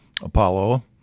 Apollo